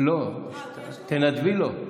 תנדבי לו.